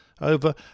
Over